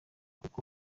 kuko